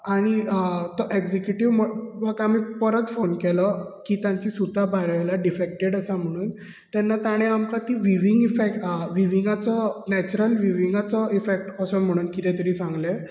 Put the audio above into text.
आनी तो एगजीक्यूटीव म ताका आमी परत फोन केलो की तांची सुतां भायर आयल्या डिफॅक्टेड आसा म्हणून तेन्ना ताणे आमकां ती व्हिविंग इफॅक्ट विव्हींगाचो नॅचरान व्हिविंगाचो इफॅक्ट असो म्हणून कितें तरी सांगले